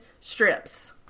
Strips